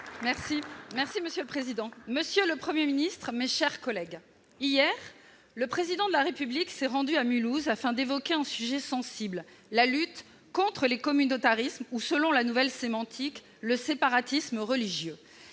et Social Européen. Monsieur le Premier ministre, mes chers collègues, hier, le Président de la République s'est rendu à Mulhouse afin d'évoquer un sujet sensible, la lutte contre les communautarismes ou, selon la nouvelle sémantique, le « séparatisme religieux